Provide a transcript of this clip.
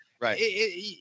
Right